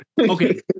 Okay